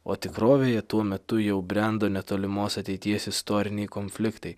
o tikrovėje tuo metu jau brendo netolimos ateities istoriniai konfliktai